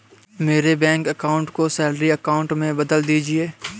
मेरे bank account को salary account में बदल दीजिए